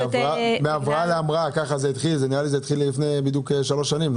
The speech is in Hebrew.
זה התחיל בדיוק לפני שלוש שנים.